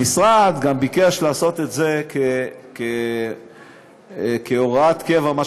המשרד גם ביקש לעשות את זה כהוראת קבע,